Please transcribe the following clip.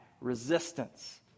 resistance